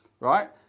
right